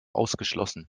ausgeschlossen